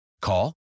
Call